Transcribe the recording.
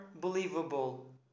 believable